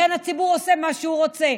לכן הציבור עושה מה שהוא רוצה.